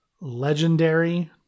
Legendary